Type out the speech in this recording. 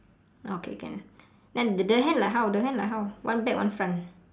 ah okay can then the the hand like how the hand like how one back one front